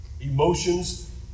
emotions